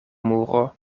muro